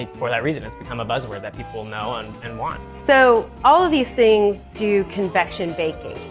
for that reason, it's become a buzz word that people know and and want. so, all of these things do convection baking.